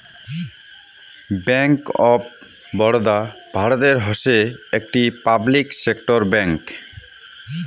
bank of Baroda ভারতের হসে একটি পাবলিক সেক্টর ব্যাঙ্ক